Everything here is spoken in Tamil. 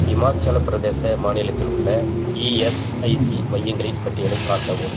இமாச்சலப் பிரதேச மாநிலத்தில் உள்ள இஎஸ்ஐசி மையங்களின் பட்டியலைக் காட்டவும்